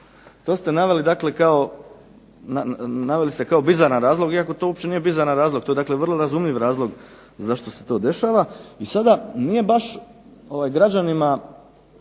kao, naveli ste kao bizaran razlog, iako to uopće nije bizaran razlog. To je dakle vrlo razumljiv razlog zašto se to dešava. I sada nije baš građanima